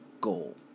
goal